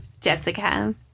Jessica